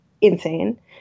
insane